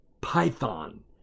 Python